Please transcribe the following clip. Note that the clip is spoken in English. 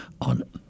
on